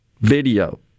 video